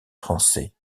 français